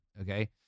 okay